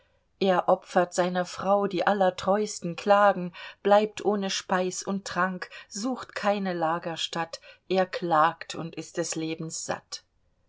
er opfert seiner frau die allertreusten klagen bleibt ohne speis und trank sucht keine lagerstatt er klagt und ist des lebens satt